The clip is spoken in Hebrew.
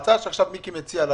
שעכשיו מיקי מציע,